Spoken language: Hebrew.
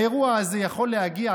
האירוע הזה יכול להגיע,